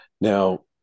Now